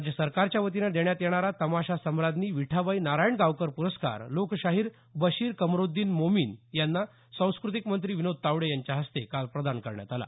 राज्य सरकारच्यावतीनं देण्यात येणारा तमाशा सम्राज्ञी विठाबाई नारायणगावकर पुरस्कार लोकशाहीर बशीर कमरोद्दिन मोमीन यांना सांस्कृतिक मंत्री विनोद तावडे यांच्या हस्ते काल प्रदान करण्यात आला